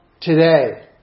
today